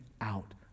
out